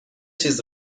چیز